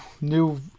new